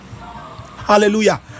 Hallelujah